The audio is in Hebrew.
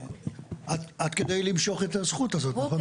עד כדי למשוך את הזכות הזאת, נכון?